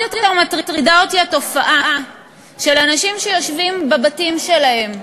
אך עוד יותר מטרידה אותי התופעה של אנשים שיושבים בבתים שלהם,